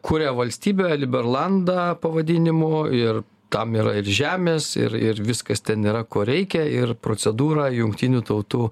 kuria valstybę liberlandą pavadinimu ir tam yra ir žemės ir ir viskas ten yra ko reikia ir procedūra jungtinių tautų